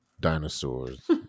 dinosaurs